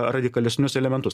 radikalesnius elementus